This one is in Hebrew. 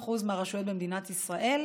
מ-80% מהרשויות במדינת ישראל,